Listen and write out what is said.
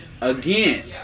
Again